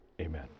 amen